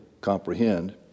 comprehend